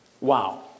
Wow